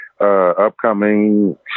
Upcoming